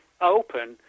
open